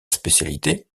spécialité